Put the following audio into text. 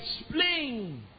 Explain